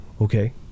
okay